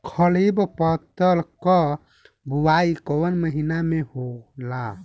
खरीफ फसल क बुवाई कौन महीना में होला?